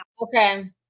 Okay